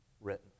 written